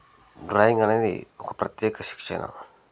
drawing అనేది ఒక ప్రత్యేక శిక్షణ